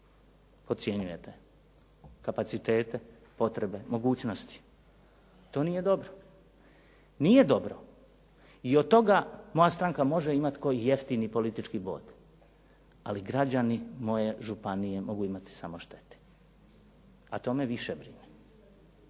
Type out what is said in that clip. Podcjenjujete kapacitete, potrebe, mogućnosti. To nije dobro. Nije dobro. I od toga moja stranka može imati koji jeftini politički bod ali građani moje županije mogu imati samo štete a to me više brine.